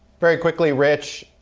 very quickly, rich,